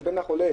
לבין החולה.